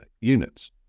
units